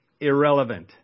irrelevant